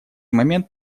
момент